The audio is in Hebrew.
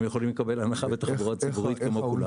הם יכולים לקבל הנחה בתחבורה ציבורית כמו כולם.